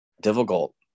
difficult